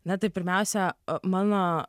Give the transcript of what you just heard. na taip pirmiausia mano